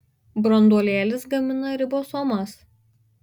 branduolėlis gamina ribosomas